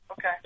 Okay